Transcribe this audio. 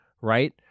right